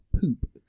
Poop